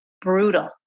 brutal